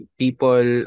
people